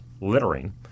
littering